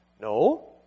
No